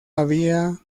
había